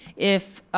if